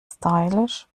stylisch